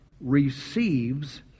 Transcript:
receives